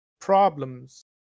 problems